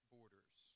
Borders